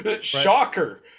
shocker